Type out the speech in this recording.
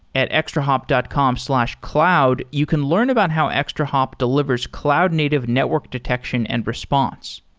at extrahop dot com slash cloud, you can learn about how extrahop delivers cloud-native network detection and response.